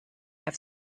have